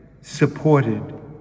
supported